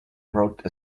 wrote